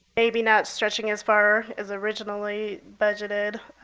maybe not stretching as far as originally budgeted,